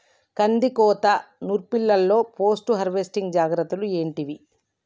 కందికోత నుర్పిల్లలో post harvesting జాగ్రత్తలు ఏంటివి?